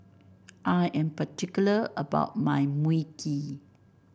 I am particular about my Mui Kee